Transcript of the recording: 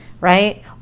Right